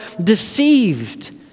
deceived